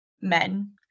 men